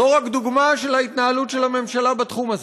זו רק דוגמה של ההתנהלות של הממשלה בתחום הזה.